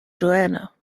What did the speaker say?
joanna